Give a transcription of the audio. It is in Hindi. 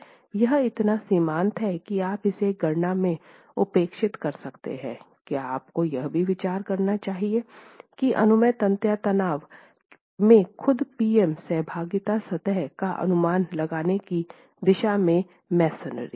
यह इतना सीमांत है कि आप इसे गणना में उपेक्षित कर सकते हैं क्या आपको यह भी विचार करना चाहिए कि अनुमेय तन्यता तनाव में खुद पी एम सहभागिता सतह का अनुमान लगाने की दिशा में मसोनरी